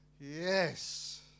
yes